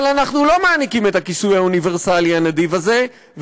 אבל אנחנו לא מעניקים את הכיסוי האוניברסלי הנדיב הזה,